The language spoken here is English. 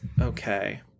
Okay